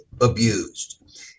abused